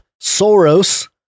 Soros